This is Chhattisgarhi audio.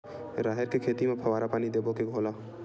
राहेर के खेती म फवारा पानी देबो के घोला?